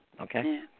Okay